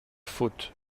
faute